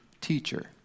teacher